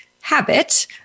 habit –